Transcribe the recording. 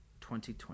2020